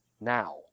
now